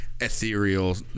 ethereal